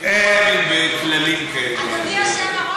אבל הוא הודה שהילד לא נולד.